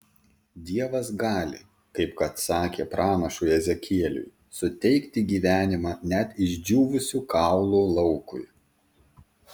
dievas gali kaip kad sakė pranašui ezekieliui suteikti gyvenimą net išdžiūvusių kaulų laukui